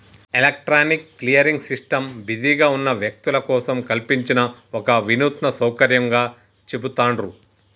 electronic clearing system బిజీగా ఉన్న వ్యక్తుల కోసం కల్పించిన ఒక వినూత్న సౌకర్యంగా చెబుతాండ్రు